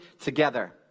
together